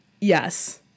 Yes